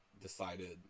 decided